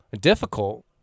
difficult